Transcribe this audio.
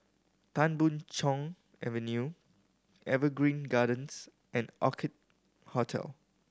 Tan Boon Chong Avenue Evergreen Gardens and Orchid Hotel